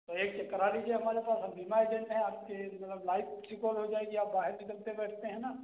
तो एक ठे करा लीजिए हमारे पास हम बीमा एजेन्ट हैं आपके मतलब लाइफ़ सिकोर हो जाएगी आप बाहर निकलते बैठते हैं न